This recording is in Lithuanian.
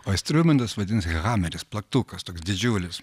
o istrumentas vadins hameris plaktukas toks didžiulis